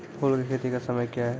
फुल की खेती का समय क्या हैं?